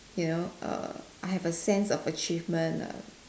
you know err I have a sense of achievement err